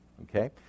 Okay